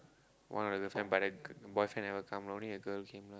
one of the girlfriend but the boyfriend never come only the girl came lah